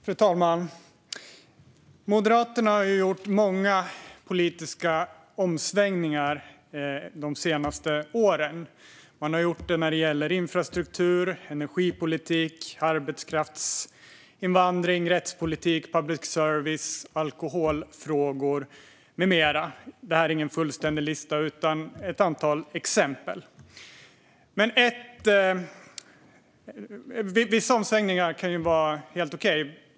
Fru talman! Moderaterna har gjort många politiska omsvängningar de senaste åren. Dessa har gällt infrastruktur, energipolitik, arbetskraftsinvandring, rättspolitik, public service, alkoholfrågor med mera. Det här är ingen fullständig lista utan ett antal exempel. Vissa omsvängningar kan vara helt okej.